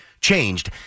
changed